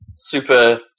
Super